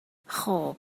خوب